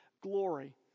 glory